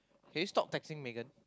can you stop texting Megan